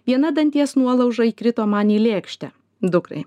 viena danties nuolauža įkrito man į lėkštę dukrai